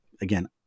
Again